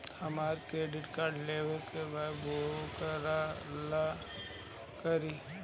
हमरा credit card लेवे के बा वोकरा ला का करी?